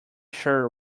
sure